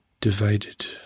divided